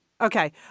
Okay